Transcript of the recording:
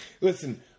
Listen